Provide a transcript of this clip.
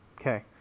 Okay